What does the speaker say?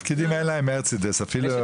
הפקידים אין להם מרצדס אפילו.